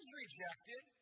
rejected